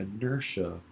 inertia